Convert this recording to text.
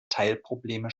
teilprobleme